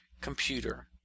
computer